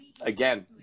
again